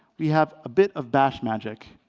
we have a bit of bash magic.